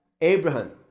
Abraham